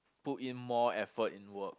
put in more effort in work